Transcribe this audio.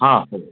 हां हो